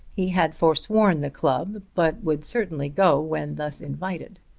he had forsworn the club, but would certainly go when thus invited.